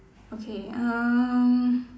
okay um